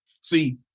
See